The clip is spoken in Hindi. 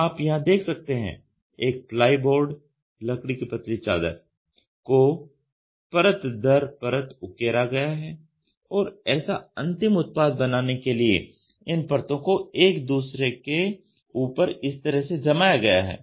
तो आप यहां देख सकते हैं एक प्लाई बोर्ड लकड़ी की पतली चादर को परत दर परत उकेरा गया है और ऐसा अंतिम उत्पाद बनाने के लिए इन परतों को एक दूसरे के ऊपर इस तरह से जमाया गया है